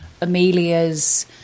Amelia's